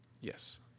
Yes